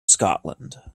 scotland